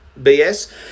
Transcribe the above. BS